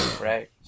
right